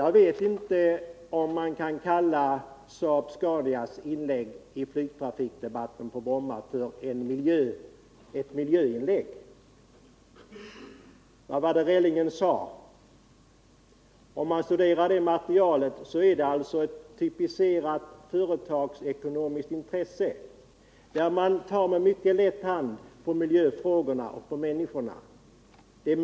Jag vet inte om man kan kalla SAAB Scania:s inlägg i debatten om Bromma för ett miljöinlägg. Vad var det Relling sade? Om man studerar detta material finner man att det här är fråga om ett kritiserat företags ekonomiska intressen. Företaget tar med mycket lätt hand på miljöfrågorna och människornas behov.